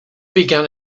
began